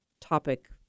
topic